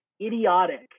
idiotic